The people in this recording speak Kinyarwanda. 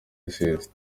rusizi